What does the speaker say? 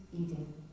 eating